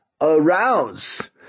arouse